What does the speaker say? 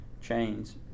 chains